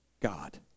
God